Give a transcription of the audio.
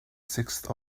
sixth